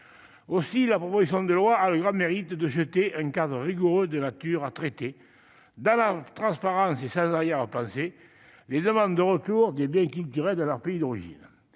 Aussi, la proposition de loi a le grand mérite de mettre en place un cadre rigoureux de nature à traiter, dans la transparence et sans arrière-pensées, les demandes de retour de biens culturels dans leurs pays d'origine.